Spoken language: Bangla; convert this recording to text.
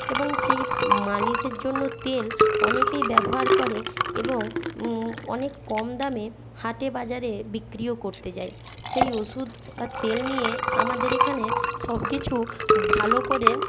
এবং সেই মালিশের জন্য তেল অনেকেই ব্যবহার করে এবং অনেক কম দামে হাটে বাজারে বিক্রিও করতে যায় সেই ওষুধ বা তেল নিয়ে আমাদের এখানে সব কিছু ভালো করে